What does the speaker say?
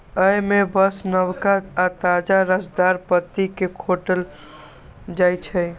अय मे बस नवका आ ताजा रसदार पत्ती कें खोंटल जाइ छै